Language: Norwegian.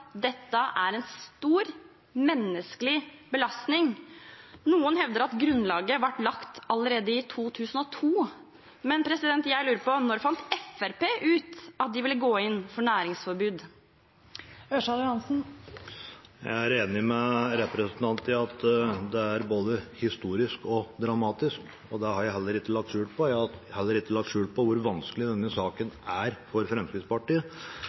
Dette er en stor menneskelig belastning. Noen hevder at grunnlaget ble lagt allerede i 2002. Men jeg lurer på: Når fant Fremskrittspartiet ut at de ville gå inn for næringsforbud? Jeg er enig med representanten Knutsdatter Strand i at det er både historisk og dramatisk, og det har jeg heller ikke lagt skjul på. Jeg har heller ikke lagt skjul på hvor vanskelig denne saken er for Fremskrittspartiet.